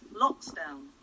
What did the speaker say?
Lockdown